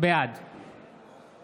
בעד